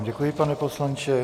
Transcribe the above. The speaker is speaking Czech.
Děkuji vám, pane poslanče.